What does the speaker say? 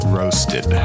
roasted